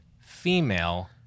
female